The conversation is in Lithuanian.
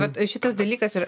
vat šitas dalykas ir